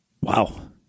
Wow